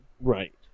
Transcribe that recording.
right